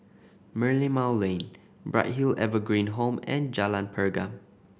Merlimau Lane Bright Hill Evergreen Home and Jalan Pergam